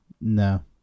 No